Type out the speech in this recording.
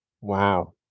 Wow